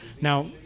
Now